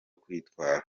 kwitwara